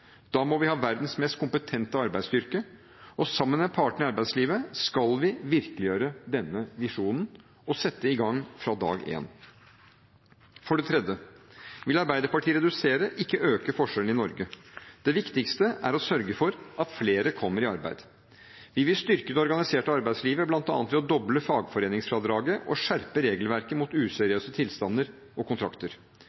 Da må vi ha verdens mest kompetente arbeidsstyrke. Sammen med partene i arbeidslivet skal vi virkeliggjøre denne visjonen og sette i gang fra dag én. For det tredje vil Arbeiderpartiet redusere, ikke øke, forskjellene i Norge. Det viktigste er å sørge for at flere kommer i arbeid. Vi vil styrke det organiserte arbeidslivet, bl.a. ved å doble fagforeningsfradraget og skjerpe regelverket mot